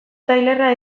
tailerra